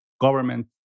government